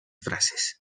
frases